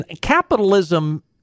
Capitalism